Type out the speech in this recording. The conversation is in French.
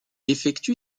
effectue